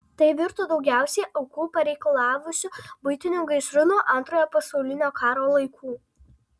tai virto daugiausiai aukų pareikalavusiu buitiniu gaisru nuo antrojo pasaulinio karo laikų